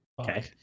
Okay